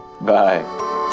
bye